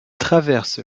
traverse